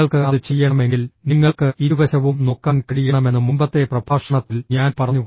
നിങ്ങൾക്ക് അത് ചെയ്യണമെങ്കിൽ നിങ്ങൾക്ക് ഇരുവശവും നോക്കാൻ കഴിയണമെന്ന് മുമ്പത്തെ പ്രഭാഷണത്തിൽ ഞാൻ പറഞ്ഞു